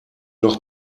noch